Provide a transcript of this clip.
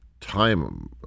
time